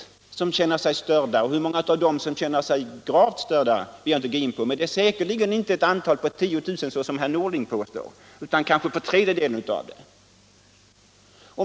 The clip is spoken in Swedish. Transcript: Bibehållande av Bromma flygplats Bibehållande av Bromma flygplats Hur många av dem som känner sig gravt störda vill jag inte gå in på, men det är säkerligen inte 10 000, som herr Norling påstår, utan kanske en tredjedel.